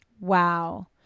Wow